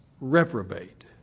reprobate